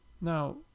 Now